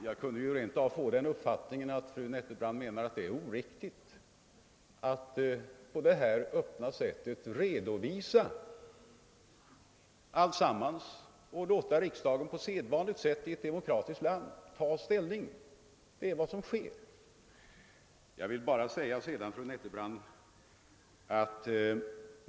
Jag kunde rent av få den uppfattningen att fru Nettelbrandt menar att det är oriktigt att på detta öppna sätt redovisa frågorna och låta riksdagen ta ställning på det i ett demokratiskt land sedvanliga sättet. Det är ju vad som här sker.